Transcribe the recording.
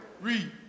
read